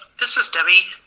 this is deby.